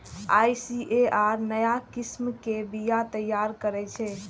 ICAR नया किस्म के बीया तैयार करै छै